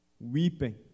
weeping